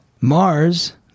Mars